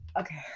okay